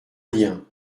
liens